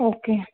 okay